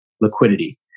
liquidity